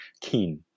keen